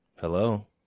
Hello